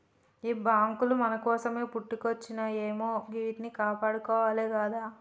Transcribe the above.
గీ బాంకులు మన కోసమే పుట్టుకొచ్జినయాయె గివ్విట్నీ కాపాడుకోవాలె గదా